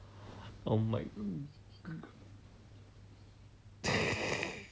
oh my